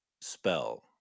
spell